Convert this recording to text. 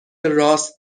راست